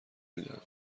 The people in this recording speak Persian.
میدهند